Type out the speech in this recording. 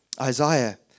Isaiah